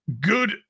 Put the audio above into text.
good